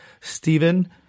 Stephen